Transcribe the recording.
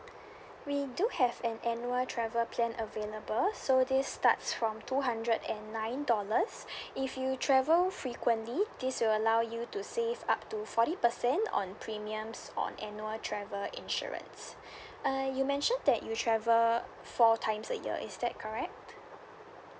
we do have an annual travel plan available so this starts from two hundred and nine dollars if you travel frequently this will allow you to save up to forty percent on premiums on annual travel insurance uh you mentioned that you travel four times a year is that correct